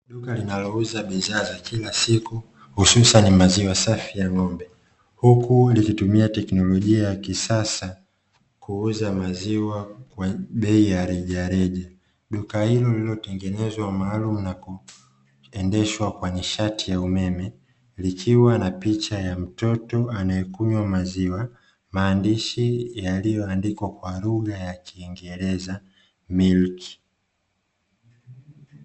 Duka linalouza bidhaa za kila siku hususani maziwa safi ya ng'ombe, huku likitumia teknolojia ya kisasa kuuza maziwa kwa bei ya rejareja. Duka ilo lililotengenezwa maalumu nakuendeshwa kwa nishati ya umeme likiwa na picha ya mtoto anayekunywa maziwa, maandishi yaliyoandikwa kwa lugha ya kiingereza "miliki".